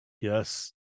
yes